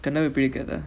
but you pretty good ah